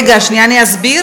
שנייה, אני אסביר.